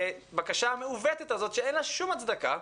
הבקשה המעוותת הזאת שאין לה שום הצדקה.